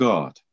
God